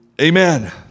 Amen